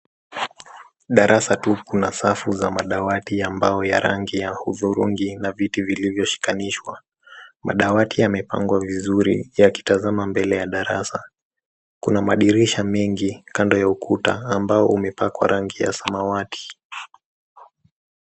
Darasa tu kuna safu za madawati ya mbao ya rangi ya hudhurungi na viti vilinyoshikanishwa. Madawati yamepangwa vizuri yakitazama mbele ya darasa. Kuna madirisha mengi kando ya ukuta ambao umepakwa rangi ya samawati